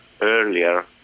earlier